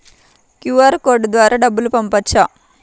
QR code ద్వారా డబ్బులు పంపవచ్చా?